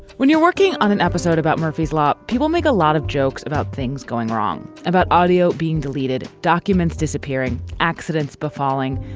when you're working on an episode about murphy's law, people make a lot of jokes about things going wrong, about audio being deleted, documents disappearing, accidents befalling.